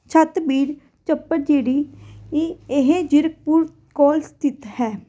ਛੱਤਬੀੜ ਚੱਪੜਚਿੜੀ ਇਹ ਇਹ ਜ਼ੀਰਕਪੁਰ ਕੋਲ ਸਥਿਤ ਹੈ